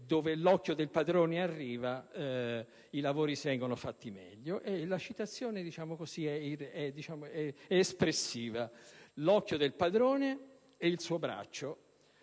dove l'occhio del padrone arriva i lavori vengono fatti meglio e la citazione, diciamo, è espressiva: l'occhio del padrone e il suo braccio.